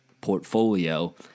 portfolio